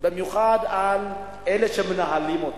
במיוחד על אלה שמנהלים אותה.